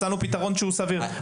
מצאנו פתרון שהוא סביר.